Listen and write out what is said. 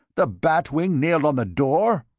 the bat wing nailed on the door?